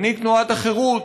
מנהיג תנועת החרות,